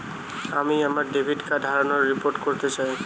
আমি আমার debit card হারানোর রিপোর্ট করতে চাই